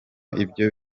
ibyo